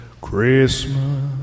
Christmas